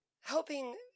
helping